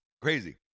Crazy